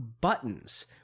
buttons